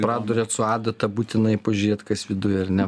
praduriat su adata būtinai pažiūrėt kas viduj ar ne